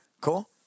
Cool